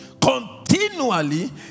continually